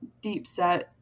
deep-set